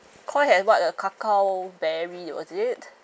Koi has what the cacao berry was it